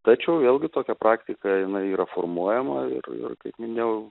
tačiau vėlgi tokia praktika jinai yra formuojama ir ir kaip minėjau